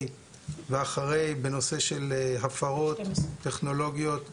ואחרי בנושא של הפרות טכנולוגיות וכו'.